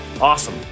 Awesome